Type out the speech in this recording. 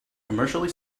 commercially